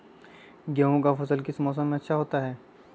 गेंहू का फसल किस मौसम में अच्छा होता है?